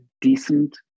decent